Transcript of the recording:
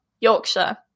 Yorkshire